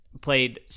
played